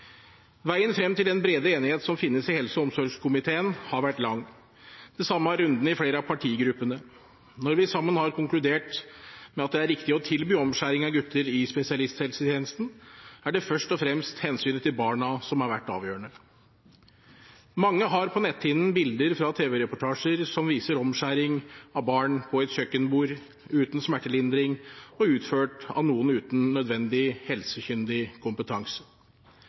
Veien frem til den brede enighet som finnes i helse- og omsorgskomiteen, har vært lang. Det samme har rundene i flere av partigruppene. Når vi sammen har konkludert med at det er riktig å tilby omskjæring av gutter i spesialisthelsetjenesten, er det først og fremst hensynet til barna som har vært avgjørende. Mange har på netthinnen bilder fra tv-reportasjer som viser omskjæring av barn på et kjøkkenbord, uten smertelindring og utført av noen uten nødvendig helsekyndig kompetanse.